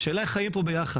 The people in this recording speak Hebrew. השאלה היא איך חיים פה ביחד.